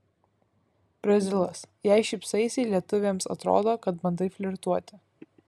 brazilas jei šypsaisi lietuvėms atrodo kad bandai flirtuoti